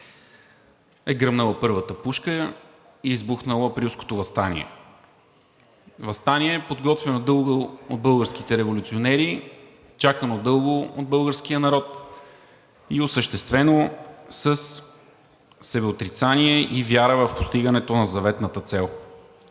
е гръмнала първата пушка и е избухнало Априлското въстание. Въстание, подготвяно дълго от българските революционери, чакано дълго от българския народ и осъществено със себеотрицание и вяра в постигането на заветната цел.